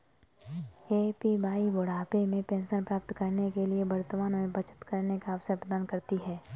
APY बुढ़ापे में pension प्राप्त करने के लिए वर्तमान में बचत करने का अवसर प्रदान करती है